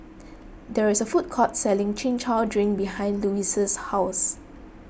there is a food court selling Chin Chow Drink behind Louise's house